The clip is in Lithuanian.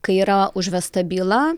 kai yra užvesta byla